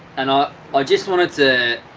and i i just wanted to,